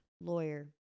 Lawyer